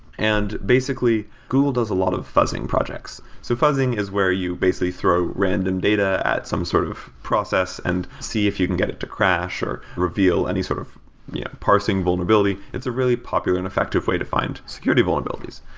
and basically, google does a lot of fuzzing projects. so fuzzing is where you basically throw random data at some sort of process and see if you can get it to crash or reveal any sort of parsing vulnerability. it's a really popular and effective way to find security vulnerabilities.